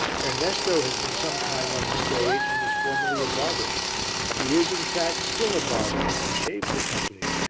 ernesto has been some time on the stage and was formerly a barber he is, in fact, still a barber and shaves the company,